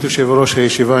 ברשות יושב-ראש הישיבה,